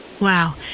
Wow